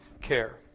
care